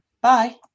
Bye